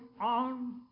on